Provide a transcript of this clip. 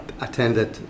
attended